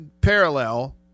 parallel